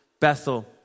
Bethel